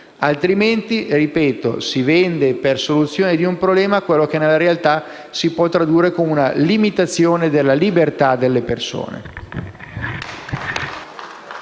altrimenti - ripeto - si vende per soluzione di un problema ciò che, nella realtà, si può tradurre come una limitazione alla libertà delle persone.